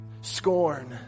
scorn